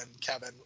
Kevin